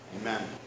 amen